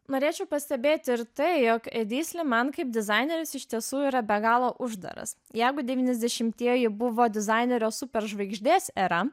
norėčiau pastebėti ir tai jog edi sliman kaip dizaineris iš tiesų yra be galo uždaras jegu devyniasdešimtieji buvo dizainerio superžvaigždės era